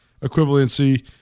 equivalency